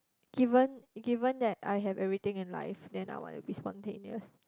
given given that I have everything in life then I want to be spontaneous